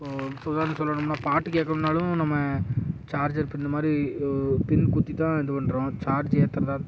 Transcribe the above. இப்போது உதாரணம் சொல்லணும்னா பாட்டு கேட்கணும்னாலும் நம்ம சார்ஜர் பின்னுமாதிரி பின் குத்திதான் இது பண்ணுறோம் சார்ஜ் ஏற்றுறதா